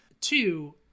Two